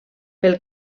pel